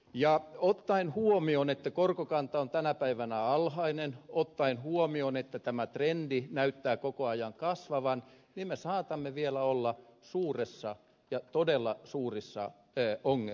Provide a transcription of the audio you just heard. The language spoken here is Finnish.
ja ottaen huomioon että korkokanta on tänä päivänä alhainen ottaen huomioon että tämä trendi näyttää koko ajan kasvavan me saatamme vielä olla suurissa todella suurissa ongelmissa